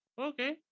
Okay